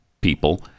people